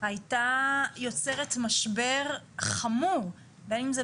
היה יוצר משבר חמור, בין אם זה